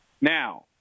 Now